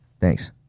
Thanks